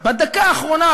בדקה האחרונה,